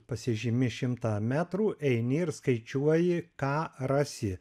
pasižymi šimtą metrų eini ir skaičiuoji ką rasi